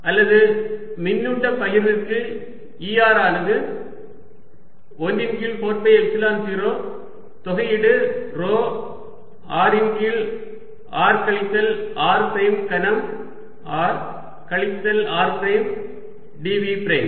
அல்லது மின்னூட்ட பகிர்வுக்கு E r ஆனது 1 இன் கீழ் 4 பை எப்சிலன் 0 தொகையீடு ρ r இன் கீழ் r கழித்தல் r பிரைம் கனம் r கழித்தல் r பிரைம் dv பிரைம்